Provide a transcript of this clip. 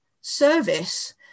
service